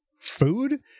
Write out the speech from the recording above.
food